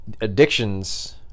addictions